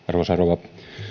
arvoisa rouva